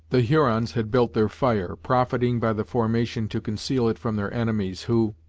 the hurons had built their fire, profiting by the formation to conceal it from their enemies, who,